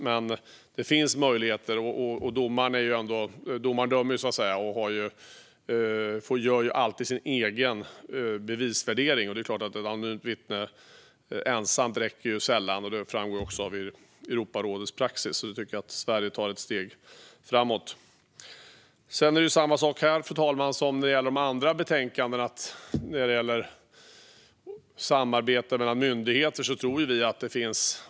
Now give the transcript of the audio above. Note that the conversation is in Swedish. Men det finns möjligheter, och domaren - som ju är den som dömer - gör alltid sin egen bevisvärdering. Det är klart att ett anonymt vittne ensamt sällan räcker. Det framgår också av Europarådets praxis. Där tycker jag att Sverige tar ett steg framåt. Sedan är det samma sak här, fru talman, som med de andra betänkandena när det gäller samarbete mellan myndigheter.